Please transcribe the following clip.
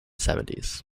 seventies